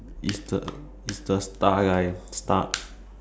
is the is the star guy stark